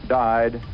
died